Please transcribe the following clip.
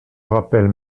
rappelle